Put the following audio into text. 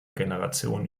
generation